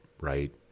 right